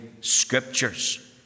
Scriptures